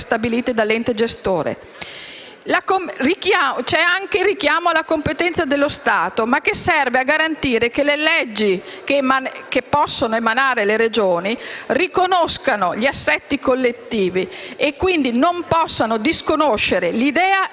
stabilite dall'ente gestore. C'è poi anche un richiamo alla competenza dello Stato, che serve però a garantire che le leggi che possono emanare le Regioni riconoscano gli assetti collettivi e, quindi, non disconoscono l'idea